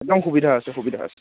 একদম সুবিধা আছে সুবিধা আছে